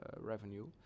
revenue